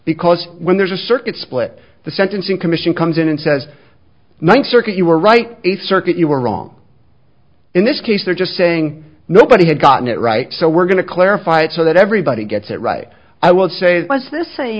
because when there's a circuit split the sentencing commission comes in and says ninth circuit you are right a circuit you are wrong in this case they're just saying nobody had gotten it right so we're going to clarify it so that everybody gets it right i would say